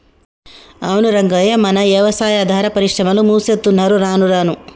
అవును రంగయ్య మన యవసాయాదార పరిశ్రమలు మూసేత్తున్నరు రానురాను